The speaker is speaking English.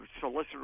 solicitor